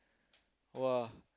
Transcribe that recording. !wah!